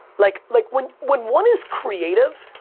like like when when one is creative,